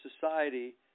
society